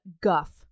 guff